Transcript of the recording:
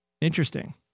Interesting